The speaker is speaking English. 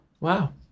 Wow